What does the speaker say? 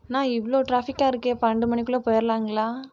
அண்ணா இவ்வளோ ட்ராஃபிக்கா இருக்கே பன்னெண்டு மணிக்குள்ள போயிடலாங்களா